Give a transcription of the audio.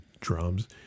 drums